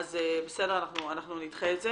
בסדר, אנחנו נדחה את זה.